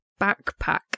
backpack